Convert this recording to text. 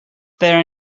there